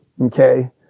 okay